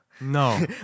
no